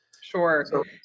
Sure